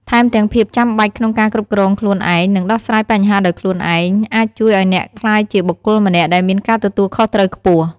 ថែមទាំងភាពចាំបាច់ក្នុងការគ្រប់គ្រងខ្លួនឯង និងដោះស្រាយបញ្ហាដោយខ្លួនឯង អាចជួយឱ្យអ្នកក្លាយជាបុគ្គលម្នាក់ដែលមានការទទួលខុសត្រូវខ្ពស់។